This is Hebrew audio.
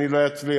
ואני לא אצליח,